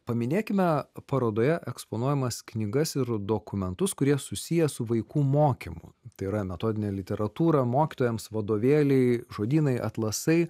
paminėkime parodoje eksponuojamas knygas ir dokumentus kurie susiję su vaikų mokymu tai yra metodinę literatūrą mokytojams vadovėliai žodynai atlasai